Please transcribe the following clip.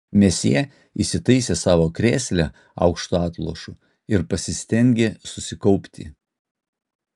mesjė įsitaisė savo krėsle aukštu atlošu ir pasistengė susikaupti